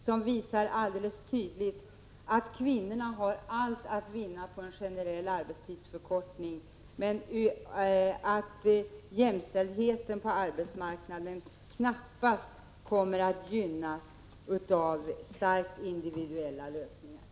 Den visar alldeles tydligt att kvinnorna har allt att vinna på en generell arbetstidsförkortning men att jämställdheten på arbetsmarknaden knappast kommer att gynnas av starkt individuella lösningar.